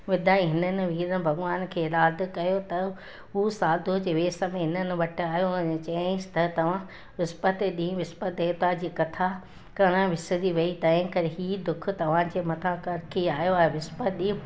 विधाईं हिननि वीरल भॻवान खे यादि कयो त हू साधूअ जे वेसि में हिननि वटि आयो ऐं चयाईंसि त तव्हां विस्पति ज़ॅ ॾींहुं विस्पति देविता जी कथा करणु विसरी वेई तंहिंकरे हीउ दुखु तव्हांजे मथां कड़िकी आयो आहे विस्पति ॾींहुं